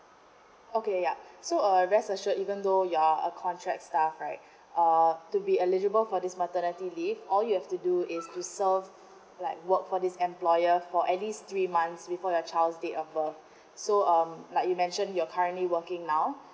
okay ya so uh rest assured even though you're a contract staff right uh to be eligible for this maternity leave all you have to do is to serve like work for this employer for at least three months before your child's date of birth so um like you mentioned you're currently working now